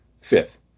Fifth